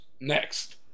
Next